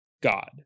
God